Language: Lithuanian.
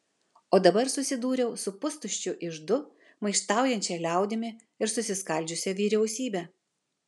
o dabar susidūriau su pustuščiu iždu maištaujančia liaudimi ir susiskaldžiusia vyriausybe